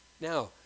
Now